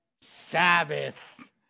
Sabbath